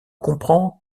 comprend